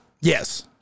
yes